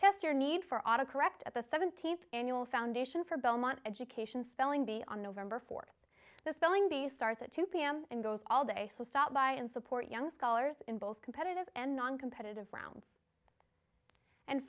test your need for auto correct at the seventeenth annual foundation for belmont education spelling bee on november fourth the spelling bee starts at two pm and goes all day who stop by and support young scholars in both competitive and noncompetitive rounds and